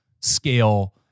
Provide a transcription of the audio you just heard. scale-